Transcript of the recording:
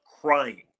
crying